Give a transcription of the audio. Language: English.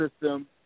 system